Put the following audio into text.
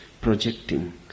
projecting